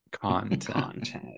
content